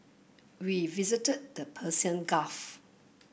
we visited the Persian Gulf